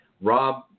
Rob